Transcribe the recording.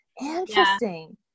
Interesting